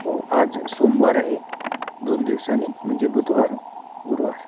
हो आज सोमवार आहे दोन दिवसांनी म्हणजे बुधवार गुरुवार